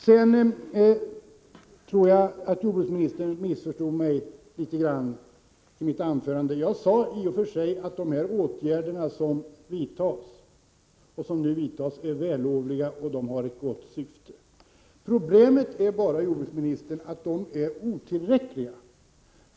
Sedan tror jag att jordbruksministern missförstod mitt anförande litet grand. Jag sade i och för sig att de åtgärder som nu vidtas är vällovliga och har ett gott syfte. Problemet är bara, jordbruksministern, att de är otillräckliga.